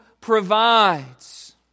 provides